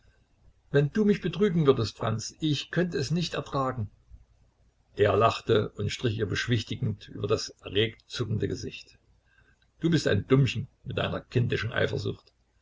wenn du mich betrügen würdest franz ich könnte es nicht ertragen er lachte und strich ihr beschwichtigend über das erregt zuckende gesicht du bist ein dummchen mit deiner kindischen eifersucht